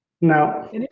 No